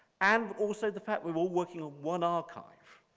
and also the fact we were working on one archive.